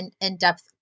in-depth